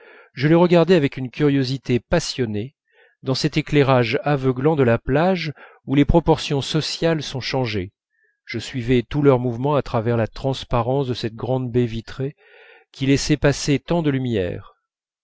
je les regardais avec une curiosité passionnée dans cet éclairage aveuglant de la plage où les proportions sociales sont changées je suivais tous leurs mouvements à travers la transparence de cette grande baie vitrée qui laissait passer tant de lumière